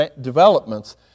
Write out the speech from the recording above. developments